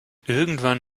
irgendwann